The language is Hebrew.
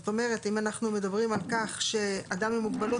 זאת אומרת אם אנחנו מדברים על כך שאדם עם מוגבלות